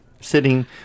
sitting